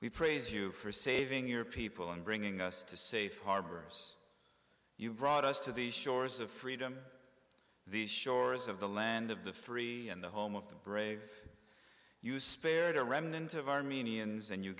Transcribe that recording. we praise you for saving your people and bringing us to safe harbors you brought us to the shores of freedom the shores of the land of the free and the home of the brave you spared a remnant of armenians and you